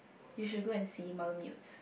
you should go and see malamutes